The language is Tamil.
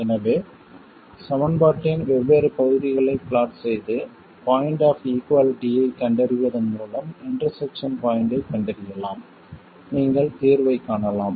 எனவே சமன்பாட்டின் வெவ்வேறு பகுதிகளைத் பிளாட் செய்து பாய்ண்ட் ஆப் ஈகுவாலிட்டியை கண்டறிவதன் மூலம் இன்டெர்செக்சன் பாய்ண்ட்டைக் கண்டறியலாம் நீங்கள் தீர்வைக் காணலாம்